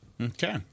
Okay